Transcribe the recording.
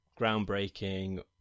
groundbreaking